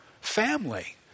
family